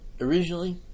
originally